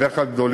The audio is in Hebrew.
בדרך כלל גדולים,